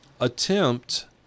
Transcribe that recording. attempt